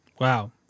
Wow